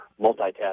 multitask